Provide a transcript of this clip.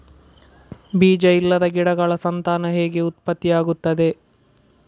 ಬೀಜ ಇಲ್ಲದ ಗಿಡಗಳ ಸಂತಾನ ಹೇಗೆ ಉತ್ಪತ್ತಿ ಆಗುತ್ತದೆ?